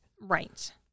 Right